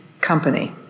Company